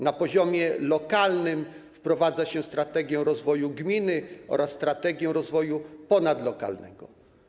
Na poziomie lokalnym wprowadza się strategię rozwoju gminy oraz strategię rozwoju ponadlokalnego.